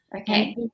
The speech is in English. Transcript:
Okay